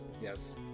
Yes